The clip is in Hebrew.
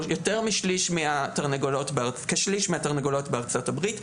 כשליש מהתרנגולות בארצות הברית,